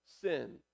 sin